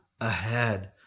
ahead